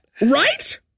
Right